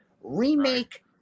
remake